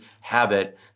habit